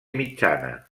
mitjana